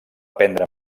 prendre